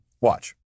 Watch